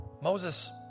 Moses